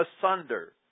asunder